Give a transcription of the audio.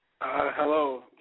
Hello